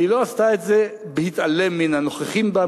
והיא לא עשתה זאת בהתעלם מן הנוכחים בה,